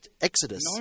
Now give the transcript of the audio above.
Exodus